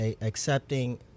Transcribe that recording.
accepting